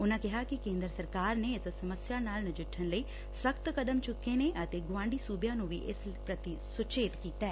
ਉਨੂਾਂ ਕਿਹਾ ਕਿ ਕੇਂਦਰ ਸਰਕਾਰ ਨੇ ਇਸ ਸਮੱਸਿਆ ਨਾਲ ਨਜਿੱਠਣ ਲਈ ਸਖ਼ਤ ਕਦਮ ਚੁੱਕੇ ਨੇ ਅਤੇ ਗੁਆਂਢੀ ਸੁਬਿਆਂ ਨੰ ਵੀ ਇਸ ਪ੍ਰਤੀ ਸੁਚੇਤ ਕੀਤੈ